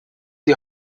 die